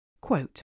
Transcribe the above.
Quote